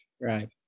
Right